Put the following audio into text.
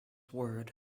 word